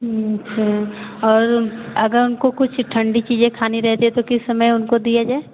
और अगर उनको कुछ ठंडी चीज़ें खानी रहती है तो किस समय उनको दिया जाए